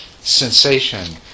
sensation